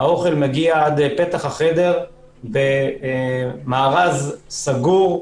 האוכל מגיע עד פתח החדר במארז סגור.